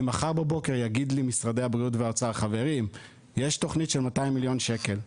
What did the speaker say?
אם מחר בבוקר משרד הבריאות והאוצר יגידו שיש תוכנית של 200 מיליון שקל,